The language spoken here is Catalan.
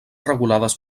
regulades